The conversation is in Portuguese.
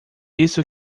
isso